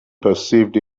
perceived